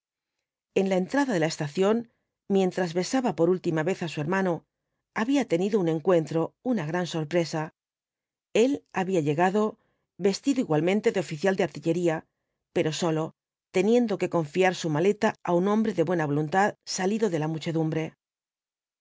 en la entrada de la estación mientras besaba por última vez á su hermano había tenido un encuentro una gran sorpresa el había llegado vestido igualmente de oficial de artillería pero solo teniendo que confiar su maleta á un hombre de buena voluntad salido de la muchedumbre